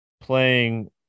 playing